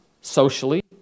socially